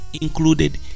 Included